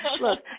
look